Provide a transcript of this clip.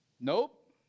Nope